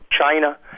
China